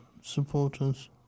supporters